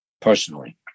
personally